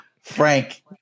Frank